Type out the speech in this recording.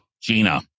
Gina